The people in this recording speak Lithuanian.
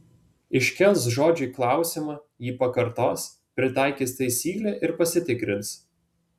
iškels žodžiui klausimą jį pakartos pritaikys taisyklę ir pasitikrins